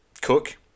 Cook